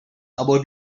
about